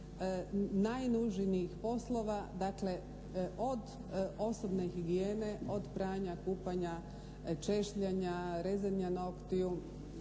najnužnijih poslova, dakle od osobne higijene, od pranja, kupanja, češljanja, rezanja noktiju,